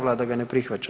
Vlada ga ne prihvaća.